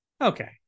okay